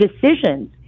decisions